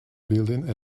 building